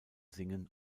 singen